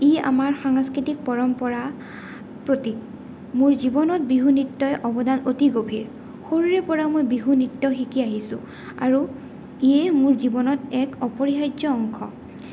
ই আমাৰ সাংস্কৃতিক পৰম্পৰা প্ৰতীক মোৰ জীৱনত বিহু নৃত্যই অৱদান অতি গভীৰ সৰুৰেপৰা মই বিহু নৃত্য শিকি আহিছোঁ আৰু ইয়ে মোৰ জীৱনত এক অপৰিহাৰ্য অংশ